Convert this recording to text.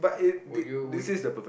would you would